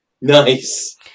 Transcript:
Nice